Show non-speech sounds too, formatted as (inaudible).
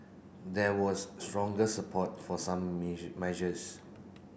there was stronger support for some (unintelligible) measures